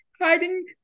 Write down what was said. hiding